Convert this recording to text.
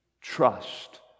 trust